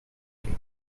again